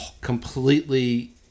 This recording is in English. completely